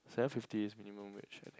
seven fifty is minimum wage I think